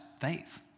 faith